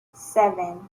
seven